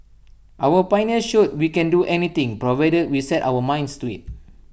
our pioneers showed we can do anything provided we set our minds to IT